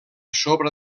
sobre